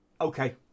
Okay